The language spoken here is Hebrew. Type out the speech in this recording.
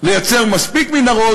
לייצר מספיק מנהרות.